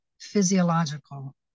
physiological